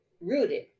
rooted